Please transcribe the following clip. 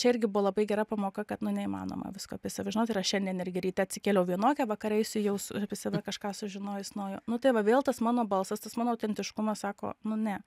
čia irgi buvo labai gera pamoka kad nu neįmanoma visko apie save žinot ir aš šiandien irgi ryte atsikėliau vienokia vakare eisiu jau su apie save kažką sužinojus naujo nu tai va vėl tas mano balsas tas man autentiškumas sako nu ne